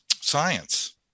science